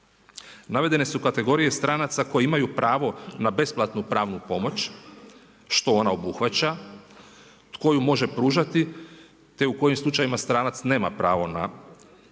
Navedene su kategorije stranaca koje imaju pravo na besplatnu pravnu pomoć što ona obuhvaća, tko ju može pružati te u kojim slučajevima stranac nema pravo na